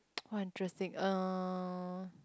!wah! interesting er